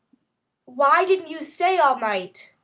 why didn't you stay all night?